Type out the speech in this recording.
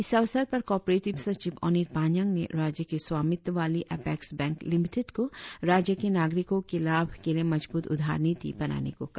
इस अवसर पर कॉपारेटिव सचिव ओनित पानियांग ने राज्य के स्वामित्व वाली अपेक्स बैंक लिमिटेड को राज्य के नागरिकों के लाभ के लिए मजबूत उधार नीति बनाने को कहा